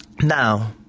Now